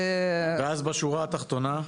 ובשורה תחתונה?